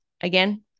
again